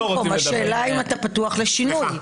השאלה אם אתה פתוח לשינוי.